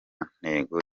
ntego